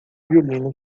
violino